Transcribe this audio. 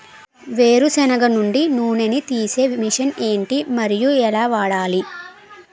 వేరు సెనగ నుండి నూనె నీ తీసే మెషిన్ ఏంటి? మరియు ఎలా వాడాలి?